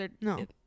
No